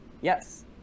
yes